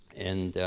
and,